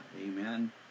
Amen